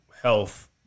health